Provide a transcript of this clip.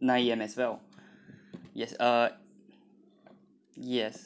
nine A_M as well yes uh yes